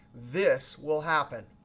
this will happen.